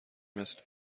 مثل